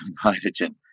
hydrogen